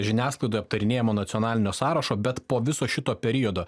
žiniasklaidoj aptarinėjamo nacionalinio sąrašo bet po viso šito periodo